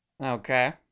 Okay